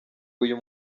uyu